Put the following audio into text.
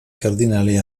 cardinale